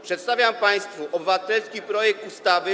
Przedstawiam państwu obywatelski projekt ustawy.